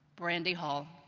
brandy hall.